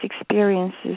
experiences